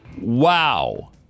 Wow